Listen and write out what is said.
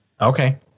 Okay